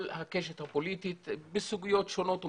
הקשת הפוליטית בסוגיות שונות ומשונות,